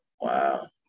Wow